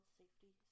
safety